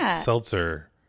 seltzer